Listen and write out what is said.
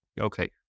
Okay